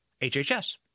HHS